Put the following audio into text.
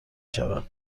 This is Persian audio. شود